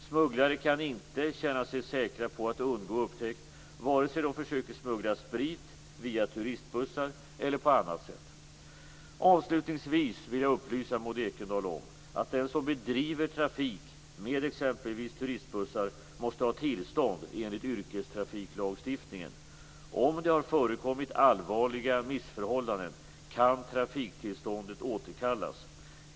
Smugglare kan inte känna sig säkra på att undgå upptäckt, vare sig de försöker smuggla sprit via turistbussar eller på annat sätt. Avslutningsvis vill jag upplysa Maud Ekendahl om att den som bedriver trafik med exempelvis turistbussar måste ha tillstånd enligt yrkestrafiklagstiftningen. Om det har förekommit allvarliga missförhållanden kan trafiktillståndet återkallas.